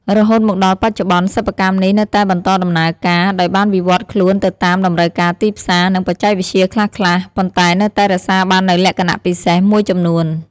រហូតមកដល់បច្ចុប្បន្ន សិប្បកម្មនេះនៅតែបន្តដំណើរការ ដោយបានវិវឌ្ឍន៍ខ្លួនទៅតាមតម្រូវការទីផ្សារ និងបច្ចេកវិទ្យាខ្លះៗ ប៉ុន្តែនៅតែរក្សាបាននូវលក្ខណៈពិសេសមួយចំនួន។